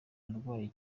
arwaye